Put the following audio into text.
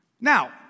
now